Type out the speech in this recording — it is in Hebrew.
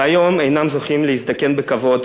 והיום אינם זוכים להזדקן בכבוד